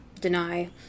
deny